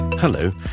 Hello